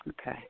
Okay